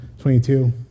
22